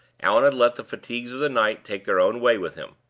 allan had let the fatigues of the night take their own way with him.